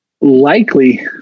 likely